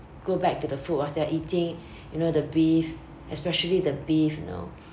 go back to the food whilst they're eating you know the beef especially the beef you know